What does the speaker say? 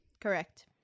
Correct